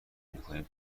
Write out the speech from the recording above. میکنیم